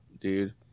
dude